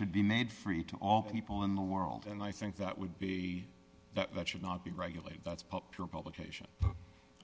should be made free to all people in the world and i think that would be that should not be regulated that's popular publication